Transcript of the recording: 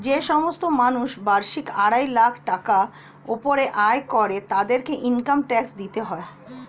যে সমস্ত মানুষ বার্ষিক আড়াই লাখ টাকার উপরে আয় করে তাদেরকে ইনকাম ট্যাক্স দিতে হয়